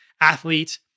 athlete